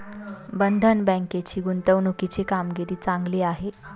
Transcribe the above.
बंधन बँकेची गुंतवणुकीची कामगिरी चांगली आहे